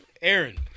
Aaron